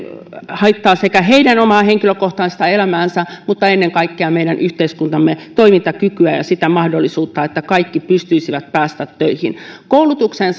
haittaa heidän omaa henkilökohtaista elämäänsä mutta ennen kaikkea meidän yhteiskuntamme toimintakykyä ja sitä mahdollisuutta että kaikki pystyisivät pääsemään töihin koulutukseen